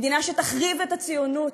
מדינה שתחריב את הציונות,